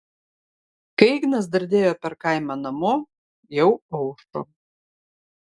kai ignas dardėjo per kaimą namo jau aušo